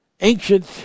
ancient